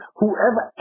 whoever